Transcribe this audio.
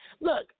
Look